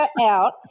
out